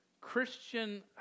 Christian